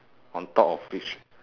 on top of which